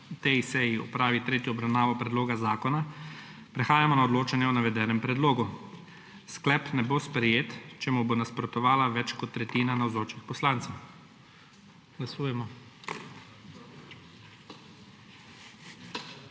na tej seji opravi tretjo obravnavo predloga zakona, prehajamo na odločanje o navedenem predlogu. Sklep ne bo sprejet, če mu bo nasprotovala več kot tretjina navzočih poslancev. Glasujemo.